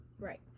Right